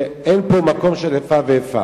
שאין פה מקום של איפה ואיפה.